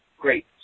great